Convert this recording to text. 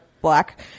black